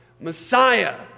Messiah